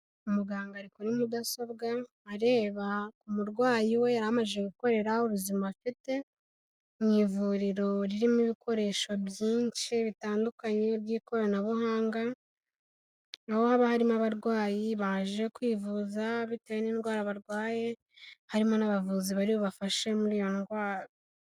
Umuganga ariko ni mudasobwa, areba umurwayi we yari amaze gukore ubuzima afite, mu ivuriro ririmo ibikoresho byinshi bitandukanye by'ikoranabuhanga, aho haba harimo abarwayi baje kwivuza, bitewe n'indwara barwaye, harimo n'abavuzi bari bu bafashe muri iyo ndwara.